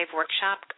workshop